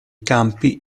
campi